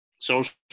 social